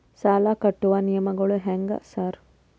ಸಾಲ ಕಟ್ಟುವ ನಿಯಮಗಳು ಹ್ಯಾಂಗ್ ಸಾರ್?